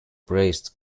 praised